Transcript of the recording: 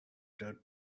dirt